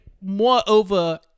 moreover